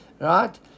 right